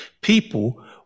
People